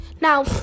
now